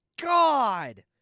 God